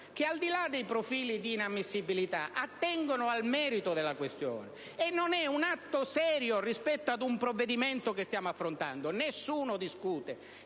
che, al di là dei profili di inammissibilità, attiene al merito della questione. Non è un atto serio rispetto al provvedimento che stiamo affrontando. Nessuno discute